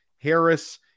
Harris